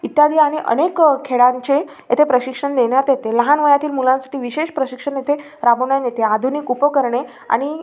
इत्यादी आणि अनेक खेळांचे येथे प्रशिक्षण देण्यात येते लहान वयातील मुलांसाठी विशेष प्रशिक्षण येथे राबवण्यात येते आधुनिक उपकरणे आणि